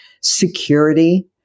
security